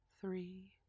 three